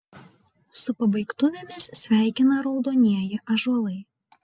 su pabaigtuvėmis sveikina raudonieji ąžuolai